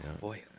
boy